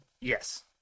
Yes